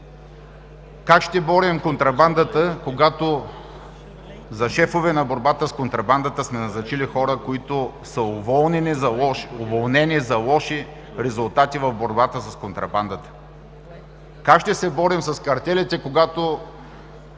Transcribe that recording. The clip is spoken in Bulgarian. Как ще борим контрабандата, когато за шефове на борбата с контрабандата сме назначили хора, които са уволнени за лоши резултати за борбата с контрабандата? Как ще се борим с картелите, когато